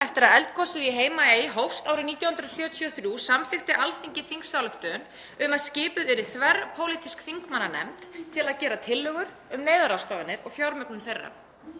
eftir að eldgosið í Heimaey hófst árið 1973 samþykkti Alþingi þingsályktun um að skipuð yrði þverpólitísk þingmannanefnd til að gera tillögur um neyðarráðstafanir og fjármögnun þeirra.